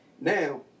Now